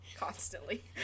Constantly